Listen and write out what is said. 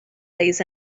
lays